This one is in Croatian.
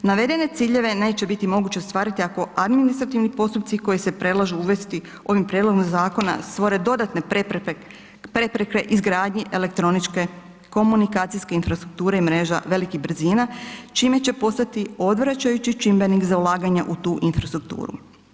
Navedene ciljeve neće biti moguće ostvariti ako administrativni postupci koji se predlažu uvesti ovim prijedlogom zakona stvore dodatne prepreke izgradnji elektroničke komunikacijske infrastrukture mreža velikih brzina čime će postati odvraćajući čimbenik za ulaganje u tu infrastrukturu.